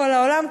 כל העולם,